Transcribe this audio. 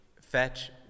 fetch